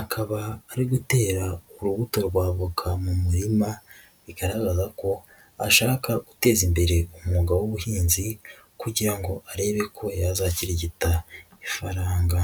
akaba ari gutera urubuto rwa avoka mu murima ,bigaragaza ko ashaka guteza imbere umwuga w'ubuhinzi ,kugira ngo arebe ko yazakirigita ifaranga.